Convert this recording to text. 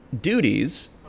duties